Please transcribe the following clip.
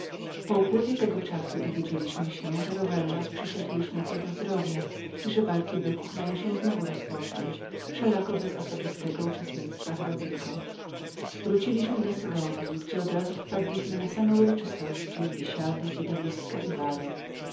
po upływie tego czasu dowiedzieliśmy się że rowellas przyszedł już nieco do zdrowia i że walki byków miały się znowu rozpocząć wszelako bez osobistego uczestnictwa hrabiego wróciliśmy do segowji gdzie od razu wpadliśmy na same uroczystości biesiady widowiska i bale